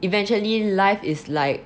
eventually life is like